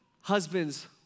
husbands